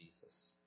Jesus